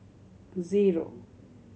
zero